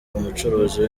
umucuruzi